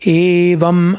evam